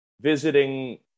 visiting